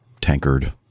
tankard